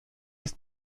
ist